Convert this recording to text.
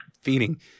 feeding